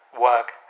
work